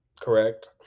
Correct